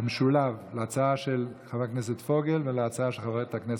ההצעה של חבר הכנסת פוגל וההצעה של השכל.